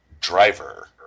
driver